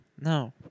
No